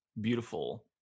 beautiful